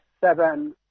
seven